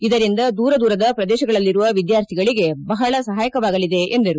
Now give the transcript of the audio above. ಇದರಿಂದ ದೂರ ದೂರದ ಪ್ರದೇಶಗಳಲ್ಲಿರುವ ವಿದ್ಯಾರ್ಥಿಗಳಿಗೆ ಬಹಳ ಸಹಾಯವಾಗಲಿದೆ ಎಂದರು